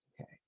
Okay